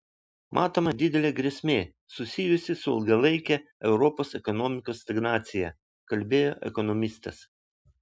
matoma didelė grėsmė susijusi su ilgalaike europos ekonomikos stagnacija kalbėjo ekonomistas